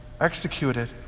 executed